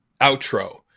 outro